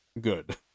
good